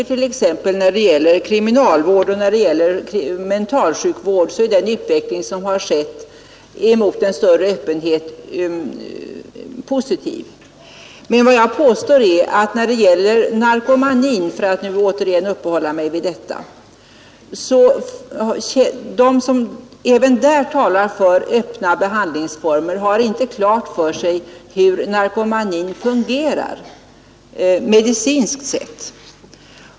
T. ex. när det gäller kriminalvården och mentalsjukvården tycker jag att den utveckling som har skett mot större öppenhet är positiv. Men jag påstår att de som även när det gäller narkomanin, för att nu åter uppehålla mig vid den, talar för öppna behandlingsformer inte har klart för sig hur narkomanin fungerar medicinskt sett.